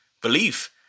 belief